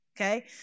Okay